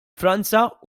franza